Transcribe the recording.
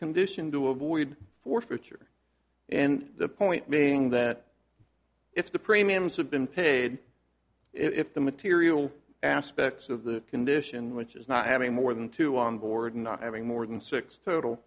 condition to avoid forfeiture and the point being that if the premiums have been paid if the material aspects of the condition which is not having more than two on board and not having more than six total